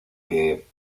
que